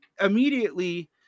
immediately